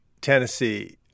Tennessee